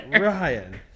Ryan